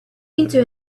into